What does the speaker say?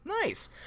Nice